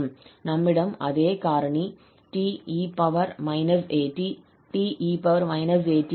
நம்மிடம் அதே காரணி 𝑡𝑒−𝑎𝑡 𝑡𝑒−𝑎𝑡 உள்ளது